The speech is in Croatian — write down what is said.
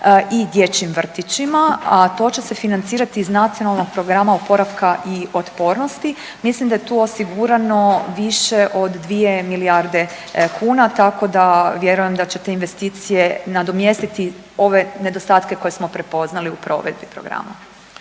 i dječjim vrtićima, a to će se financirati iz Nacionalnog programa oporavka i otpornosti. Mislim da je tu osigurano više od 2 milijarde kuna tako da vjerujem da će te investicije nadomjestiti ove nedostatke koje smo prepoznali u provedbi programa.